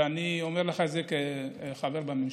ואני אומר לך את זה כחבר בממשלה.